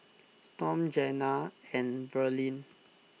Storm Jena and Verlene